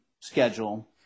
schedule